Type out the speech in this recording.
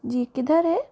जी किधर है